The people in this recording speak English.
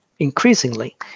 increasingly